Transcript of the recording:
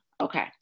Okay